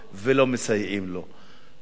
ולא מסייעים לו?